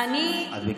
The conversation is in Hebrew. את בקריאה שנייה.